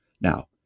Now